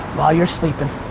while you're sleeping.